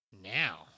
Now